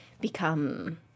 become